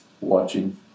Watching